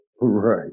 Right